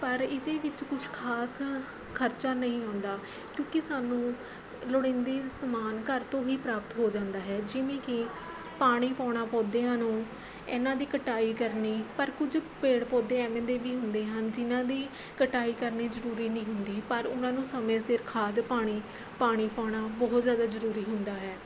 ਪਰ ਇਹਦੇ ਵਿੱਚ ਕੁਝ ਖਾਸ ਖਰਚਾ ਨਹੀਂ ਆਉਂਦਾ ਕਿਉਂਕਿ ਸਾਨੂੰ ਲੋੜੀਂਦੀ ਸਮਾਨ ਘਰ ਤੋਂ ਹੀ ਪ੍ਰਾਪਤ ਹੋ ਜਾਂਦਾ ਹੈ ਜਿਵੇਂ ਕਿ ਪਾਣੀ ਪਾਉਣਾ ਪੌਦਿਆਂ ਨੂੰ ਇਹਨਾਂ ਦੀ ਕਟਾਈ ਕਰਨੀ ਪਰ ਕੁਝ ਪੇੜ ਪੌਦੇ ਐਵੇਂ ਦੇ ਵੀ ਹੁੰਦੇ ਹਨ ਜਿਨ੍ਹਾਂ ਦੀ ਕਟਾਈ ਕਰਨੀ ਜ਼ਰੂਰੀ ਨਹੀਂ ਹੁੰਦੀ ਪਰ ਉਹਨਾਂ ਨੂੰ ਸਮੇਂ ਸਿਰ ਖਾਦ ਪਾਣੀ ਪਾਣੀ ਪਾਉਣਾ ਬਹੁਤ ਜ਼ਿਆਦਾ ਜ਼ਰੂਰੀ ਹੁੰਦਾ ਹੈ